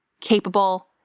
capable